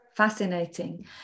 fascinating